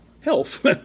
Health